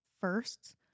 firsts